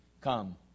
Come